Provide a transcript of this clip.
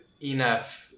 Enough